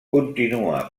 continua